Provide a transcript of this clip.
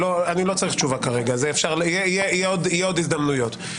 אני לא צריך תשובה כרגע, יהיו עוד הזדמנויות.